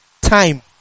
time